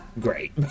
great